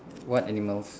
what animals